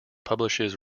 publishes